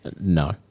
No